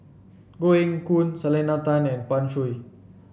Koh Eng Hoon Selena Tan and Pan Shou